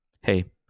Hey